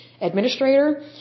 administrator –